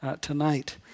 tonight